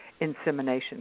insemination